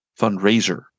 fundraiser